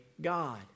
God